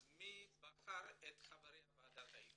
מי בחר את חברי ועדת ההיגוי?